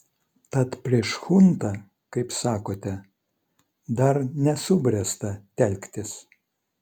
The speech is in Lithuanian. tad prieš chuntą kaip sakote dar nesubręsta telktis